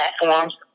platforms